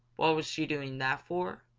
what was she doing that for?